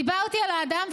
דיברתי על האדם,